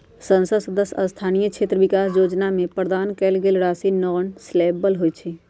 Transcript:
संसद सदस्य स्थानीय क्षेत्र विकास जोजना में प्रदान कएल गेल राशि नॉन लैप्सबल होइ छइ